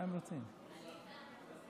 היארצייט של